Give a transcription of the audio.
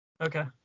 Okay